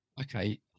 Okay